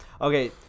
Okay